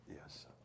yes